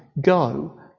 go